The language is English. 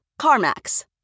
CarMax